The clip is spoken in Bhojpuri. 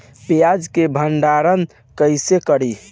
प्याज के भंडारन कईसे करी?